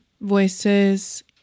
voices